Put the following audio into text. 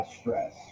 stress